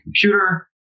computer